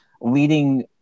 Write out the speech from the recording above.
leading